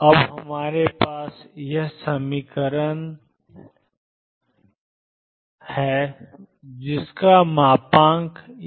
अब हमारे पास ai2xp का मापांक है